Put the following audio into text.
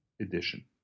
edition